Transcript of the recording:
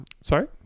Sorry